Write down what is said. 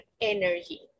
energy